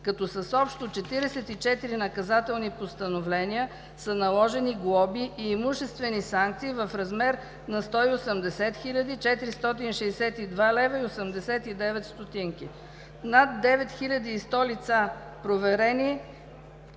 като с общо 44 наказателни постановления са наложени глоби и имуществени санкции в размер на 180 462,89 лева. Над 9100 са лицата, проверени